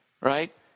right